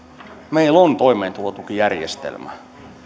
meillä on toimeentulotukijärjestelmä